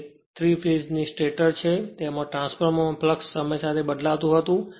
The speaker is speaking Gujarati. તે 3 ફેજ ની સ્ટેટર છે તેમાં ટ્રાન્સફોર્મરમાં ફ્લક્સ સમય સાથે બદલાતું હતું